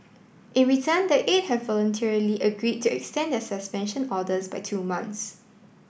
in return the eight have voluntarily agreed to extend their suspension orders by two months